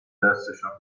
دستشان